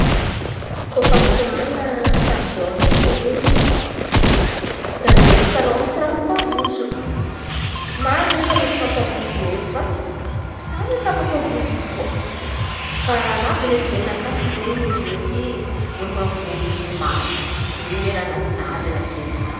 Kôfa mikoran̈a fahavozona zey izen̈y dikan'izay mikaraô misy raha mampavozo. Maro izen̈y raha mety mampavozo olo fa samy amy raha mampavozo izy koa fa raha anaty jerinakà olo mavozo maty raha anaty jerinakà.